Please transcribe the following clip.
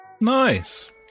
nice